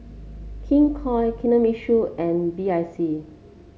King Koil Kinohimitsu and B I C